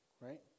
Right